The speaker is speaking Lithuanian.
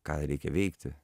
ką reikia veikti